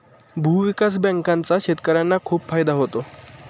भूविकास बँकांचा शेतकर्यांना खूप फायदा होतो